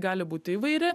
gali būti įvairi